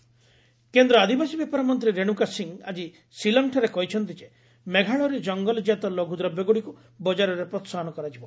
ମେଘାଳୟ କେନ୍ଦ୍ର ଆଦିବାସୀ ବ୍ୟାପାର ମନ୍ତ୍ରୀ ରେଣୁକା ସିଂହ ଆଜି ସିଲଙ୍ଗଠାରେ କହିଛନ୍ତି ଯେ ମେଘାଳୟର ଜଙ୍ଗଲ ଜାତ ଲଘୁ ଦ୍ରବ୍ୟଗୁଡ଼ିକୁ ବଜାରରେ ପ୍ରେସାହନ କରାଯିବ